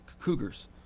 cougars